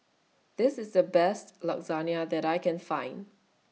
This IS The Best Lasagna that I Can Find